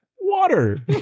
Water